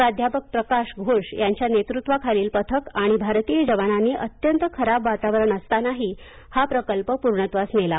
प्राध्यापक प्रकाश घोष यांच्या नेतृत्वाखालील पथक आणि भारतीय जवानांनी अत्यंत खराब वातावरण असतानाही हा प्रकल्प पूर्णत्वास नेला